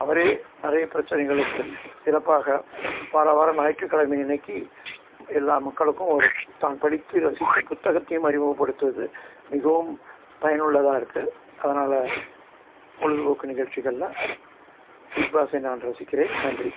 அவரே நிறைய பிரச்சனைகளுக்கு சிறப்பாக வாரம் வாரம் ஞாயிற்றுக்கிழமை அன்றைக்கு எல்லா மக்களுக்கும் ஒரு தான் படித்து ரசித்த புத்தகத்தையும் அறிமுகப்படுத்துவது மிகவும் பயனுள்ளதாக இருக்குது அதனால் பொழுதுபோக்கு நிகழ்ச்சிகளில் பிக்பாஸை நான் ரசிக்கிறேன் நன்றி